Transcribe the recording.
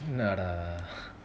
என்னடா:ennada